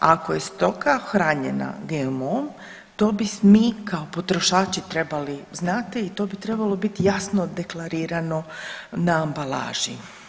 Ako je stoka hranjena GMO-om to bi mi kao potrošači trebali znati i to bi trebalo biti jasno deklarirano na ambalaži.